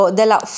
della